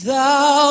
Thou